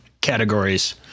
categories